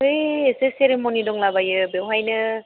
बै एसे सिरिम'नि दंलाबायो बेवहायनो